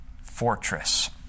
fortress